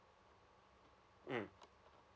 um